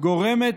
גורמת